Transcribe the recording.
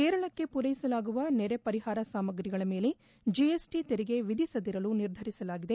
ಕೇರಳಕ್ಕೆ ಪೂರೈಸಲಾಗುವ ನೆರೆ ಪರಿಹಾರ ಸಾಮ್ರಿಗಳ ಮೇಲೆ ಜಿಎಸ್ಟಿ ತೆರಿಗೆ ವಿಧಿಸದಿರಲು ನಿರ್ಧರಿಸಲಾಗಿದೆ